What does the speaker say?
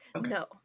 No